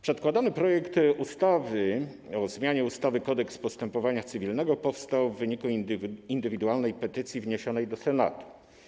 Przedkładany projekt ustawy o zmianie ustawy - Kodeks postępowania cywilnego powstał w wyniku indywidualnej petycji wniesionej do Senatu.